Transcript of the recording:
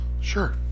sure